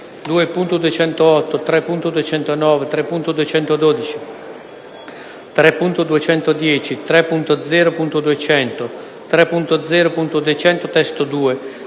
2.208, 3.209, 3.212, 3.210, 3.0.200, 3.0.200 (testo 2),